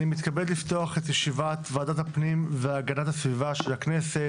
אני מתכבד לפתוח את ישיבת ועדת הפנים והגנת הסביבה של הכנסת.